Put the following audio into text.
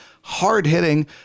hard-hitting